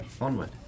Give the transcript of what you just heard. Onward